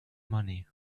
money